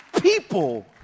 people